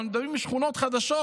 אבל מדברים על שכונות חדשות.